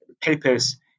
papers